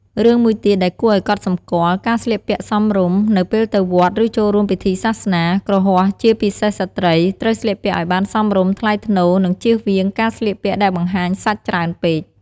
រឿងមួយទៀតដែលគួរអោយកត់សម្គាល់ ការស្លៀកពាក់សមរម្យ នៅពេលទៅវត្ត ឬចូលរួមពិធីសាសនា គ្រហស្ថ ជាពិសេសស្ត្រី ត្រូវស្លៀកពាក់ឲ្យបានសមរម្យ ថ្លៃថ្នូរ និងជៀសវាងការស្លៀកពាក់ដែលបង្ហាញសាច់ច្រើនពេក។